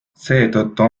seetõttu